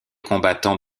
combattants